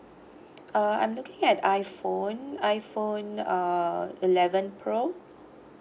uh I'm looking at iPhone iPhone uh eleven pro